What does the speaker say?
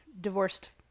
divorced